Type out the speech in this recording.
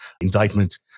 indictment